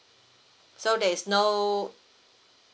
so there is no